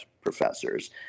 professors